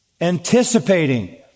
anticipating